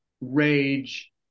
rage